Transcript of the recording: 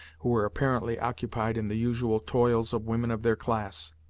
who were apparently occupied in the usual toils of women of their class.